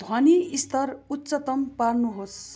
ध्वनि स्तर उच्चतम पार्नुहोस्